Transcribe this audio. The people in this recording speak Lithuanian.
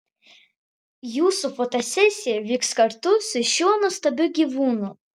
jūsų fotosesija vyks kartu su šiuo nuostabiu gyvūnu